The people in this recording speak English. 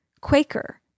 Quaker